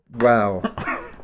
wow